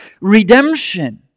redemption